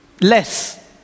less